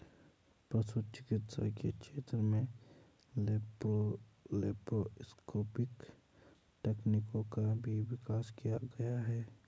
पशु चिकित्सा के क्षेत्र में लैप्रोस्कोपिक तकनीकों का भी विकास किया गया है